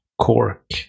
cork